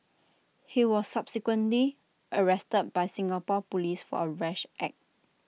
he was subsequently arrested by Singapore Police for A rash act